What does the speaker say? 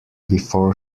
before